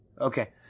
Okay